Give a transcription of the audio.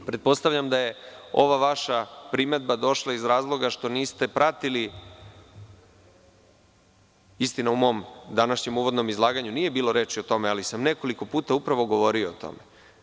Pretpostavljam da je ova vaša primedba došla iz razloga što niste pratili, istina u mom današnjem uvodnom izlaganju nije bilo reči o tome, ali sam nekoliko puta upravo govorio o tome.